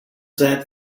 that